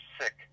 sick